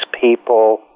people